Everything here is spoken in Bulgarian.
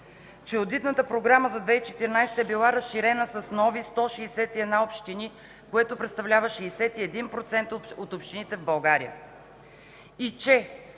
че Одитната програма за 2014 г. е била разширена с нови 161 общини, което представлява 61% от общините в България,